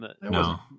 No